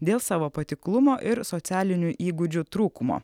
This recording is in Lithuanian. dėl savo patiklumo ir socialinių įgūdžių trūkumo